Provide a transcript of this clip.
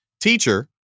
Teacher